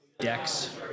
Decks